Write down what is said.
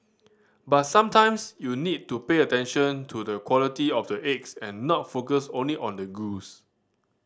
but sometimes you need to pay attention to the quality of the eggs and not focus only on the goose